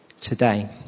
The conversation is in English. today